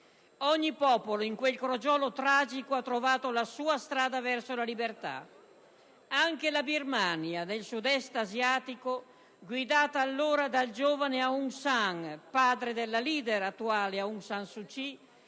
Ogni popolo, in quel crogiolo tragico, ha trovato la sua strada verso la libertà, anche la Birmania, nel Sud Est asiatico, guidata allora dal giovane Aung San, padre della leader attuale Aung San Suu Kyi,